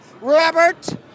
Robert